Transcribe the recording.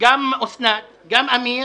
גם אוסנת וגם אמיר